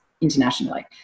internationally